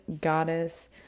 goddess